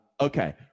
okay